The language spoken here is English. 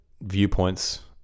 viewpoints